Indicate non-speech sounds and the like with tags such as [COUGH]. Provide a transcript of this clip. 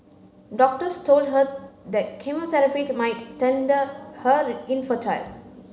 doctors told her that chemotherapy might [UNINTELLIGIBLE] her infertile